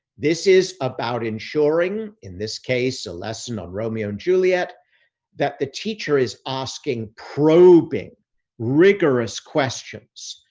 this is about ensuring, in this case, a lesson on romeo and juliet that the teacher is asking probing rigorous questions,